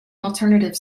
alternative